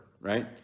right